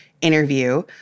interview